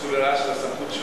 ניצול לרעה של הסמכות,